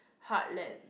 heartlands